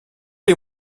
les